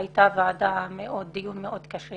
והיה דיון מאוד קשה